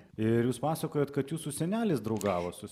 ir jūs pasakojot kad jūsų senelis draugavo su